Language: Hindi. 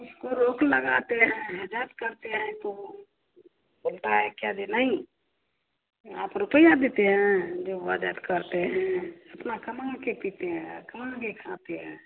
इसको रोक लगाते हैं हुज्जत करते हैं तो बोलता है क्या जो नहीं आप रुपया देते हैं जो हुज्जत करते हैं अपना कमा के पीते हैं कमा के खाते हैं